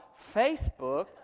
Facebook